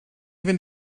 fynd